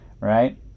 right